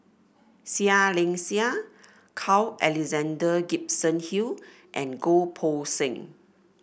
Seah Liang Seah Carl Alexander Gibson Hill and Goh Poh Seng